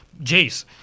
Jace